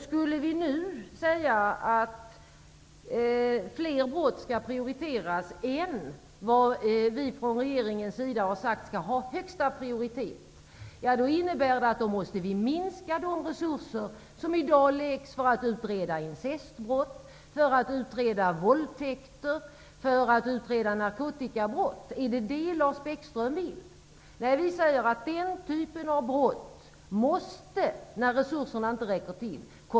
Skulle vi nu säga att fler brott skall prioriteras än vad vi från regeringens sida har sagt skall ha högsta prioritet, då innebär det att vi måste minska de resurser som i dag läggs på att utreda incestbrott, att utreda våldtäkter och att utreda narkotikabrott. Är det detta Lars Bäckström vill? Nej, vi säger att dessa typer av brott måste komma i första hand, när resurserna inte räcker till.